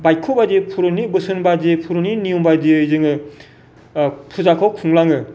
बायक्ख'बादि पुर'हितनि बोसोनबादि पुर'हितनि नियमबादियै जोङो पुजाखौ खुंलाङो